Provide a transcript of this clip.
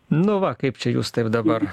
nu va kaip čia jūs taip dabar